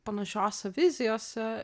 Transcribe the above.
panašiose vizijose